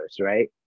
right